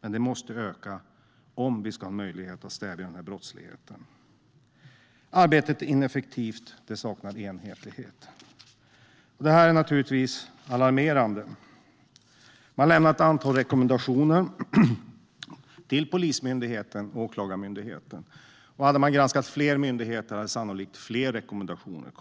Men det här måste öka om vi ska ha möjlighet att stävja den här brottsligheten. Arbetet är ineffektivt. Det saknar enhetlighet. Det här är naturligtvis alarmerande. Man lämnar ett antal rekommendationer till Polismyndigheten och Åklagarmyndigheten. Hade man granskat fler myndigheter hade det sannolikt kommit fler rekommendationer.